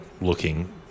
looking